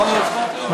חבר הכנסת חיים